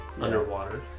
underwater